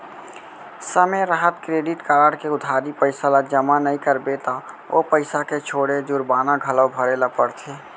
समे रहत credit card के उधारी पइसा ल जमा नइ करबे त ओ पइसा के छोड़े जुरबाना घलौ भरे ल परथे